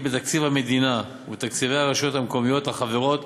בתקציב המדינה ובתקציבי הרשויות המקומיות החברות